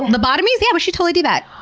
lobotomies! yeah, we should totally do that!